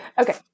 Okay